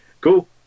cool